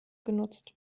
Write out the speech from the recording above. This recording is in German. genutzt